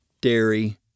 dairy